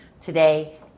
today